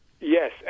Yes